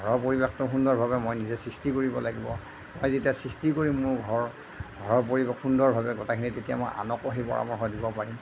ঘৰৰ পৰিৱেশটো সুন্দৰভাৱে মই নিজে সৃষ্টি কৰিব লাগিব মই যেতিয়া সৃষ্টি কৰিম মোৰ ঘৰ ঘৰৰ পৰিৱেশ সুন্দৰভাৱে কথাখিনি তেতিয়া মই আনকো সেই পৰামৰ্শ দিব পাৰিম